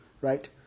right